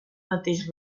mateix